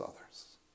others